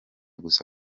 gusa